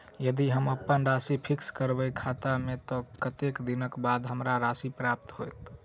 यदि हम अप्पन राशि फिक्स करबै खाता मे तऽ कत्तेक दिनक बाद हमरा राशि प्राप्त होइत?